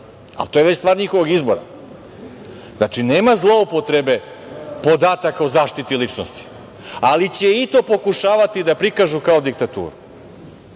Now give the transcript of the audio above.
ali to je već stvar njihovog izbora. Znači, nema zloupotrebe podataka o zaštiti ličnosti. Ali, će i to pokušavati da prikažu kao diktaturu.